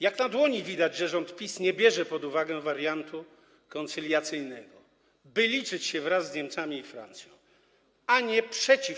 Jak na dłoni widać, że rząd PiS nie bierze pod uwagę wariantu koncyliacyjnego, by liczyć się wraz z Niemcami i Francją, a nie przeciw.